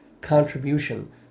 contribution